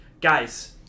guys